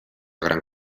gran